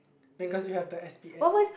then cause you have the S_P App